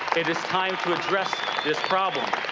it is time to address this problem